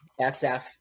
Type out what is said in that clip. sf